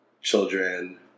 children